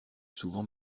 souvent